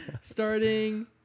Starting